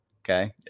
okay